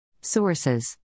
Sources